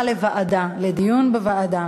להעברה לוועדה על דיון בוועדה.